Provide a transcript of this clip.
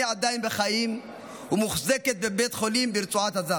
עדיין בחיים ומוחזקת בבית חולים ברצועת עזה,